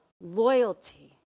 loyalty